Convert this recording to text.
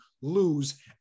lose